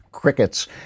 Crickets